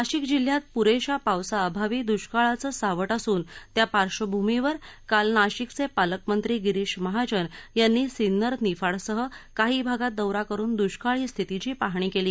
नाशिक जिल्ह्यात प्रेशा पावसाअभावी दूष्काळाचं सावट असून त्या पार्श्वभूमीवर काल नाशिकचे पालकमंत्री गिरीश महाजन यांनी सिन्नर निफाडसह काही भागात दौरा करून दुष्काळी स्थितीची पाहणी केली